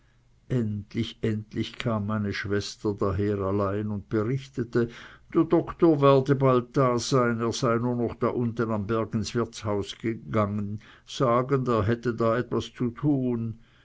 endlich endlich kam meine schwester daher allein und berichtete der doktor werde bald da sein er sei nur noch da unten am berge ins wirtshaus gegangen sagend er hätte da etwas zu tun